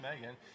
Megan